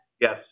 Yes